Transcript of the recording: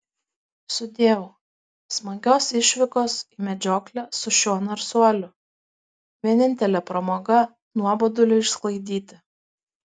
sudieu smagios išvykos į medžioklę su šiuo narsuoliu vienintelė pramoga nuoboduliui išsklaidyti